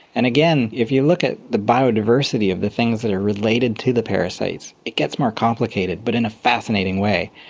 and again, if you look at the biodiversity of the things that are related to the parasites, it gets more complicated but in a fascinating way,